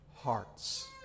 hearts